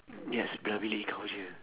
yat sebelah bilik kau jer